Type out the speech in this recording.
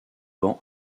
vend